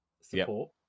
support